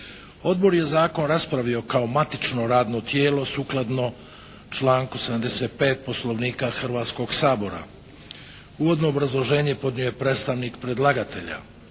Odbor je zakon raspravio kao matično radno tijelo sukladno članku 75. Poslovnika Hrvatskoga sabora. Uvodno obrazloženje podnio je predstavnik predlagatelja.